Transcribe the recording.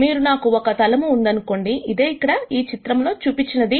మీరు నాకు ఒక తలము ఉందనుకోండి ఇదే ఇక్కడ చిత్రము లో చూపించింది